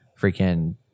freaking